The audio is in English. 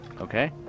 Okay